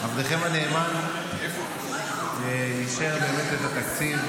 עבדכם הנאמן אישר באמת את התקציב,